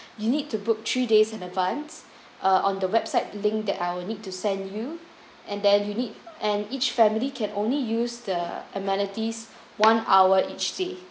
you need to book three days in advance err on the website linked that I will need to send you and then you need and each family can only use the amenities one hour each day